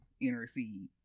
intercede